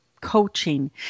coaching